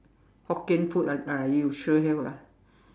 Hokkien food ah uh you sure have lah